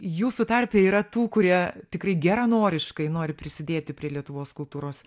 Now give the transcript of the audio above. jūsų tarpe yra tų kurie tikrai geranoriškai nori prisidėti prie lietuvos kultūros